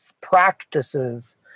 practices